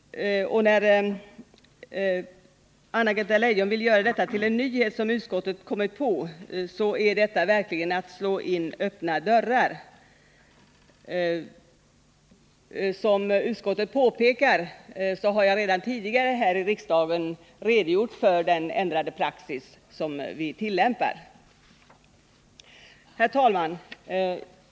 När Anna-Greta Leijon vill göra detta till en nyhet som utskottet kommit på är detta verkligen att slå in öppna dörrar. Som utskottet påpekar har jag redan tidigare här i riksdagen redogjort för den ändrade praxis som vi tillämpar. Herr talman!